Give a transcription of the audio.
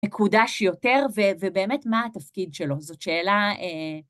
נקודה שיותר, ו... ובאמת מה התפקיד שלו? זאת שאלה... א...